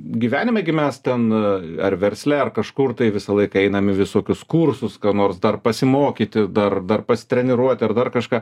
gyvenime gi mes ten ar versle ar kažkur tai visą laiką einam į visokius kursus ką nors dar pasimokyti dar dar pasitreniruoti ar dar kažką